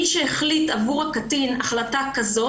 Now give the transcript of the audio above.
מי שהחליט עבור הקטין החלטה כזאת,